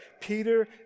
Peter